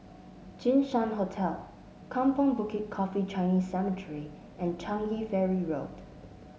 Jinshan Hotel Kampong Bukit Coffee Chinese Cemetery and Changi Ferry Road